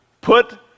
put